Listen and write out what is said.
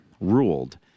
ruled